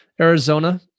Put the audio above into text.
Arizona